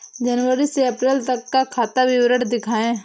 जनवरी से अप्रैल तक का खाता विवरण दिखाए?